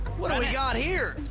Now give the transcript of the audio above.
what do we got here?